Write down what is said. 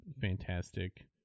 fantastic